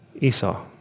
Esau